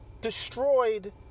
destroyed